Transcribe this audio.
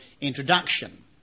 introduction